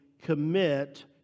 commit